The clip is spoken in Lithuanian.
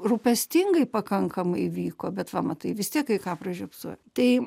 rūpestingai pakankamai vyko bet va matai vis tiek kai ką pražiopsojo tai